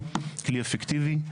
כלי אפקטיבי,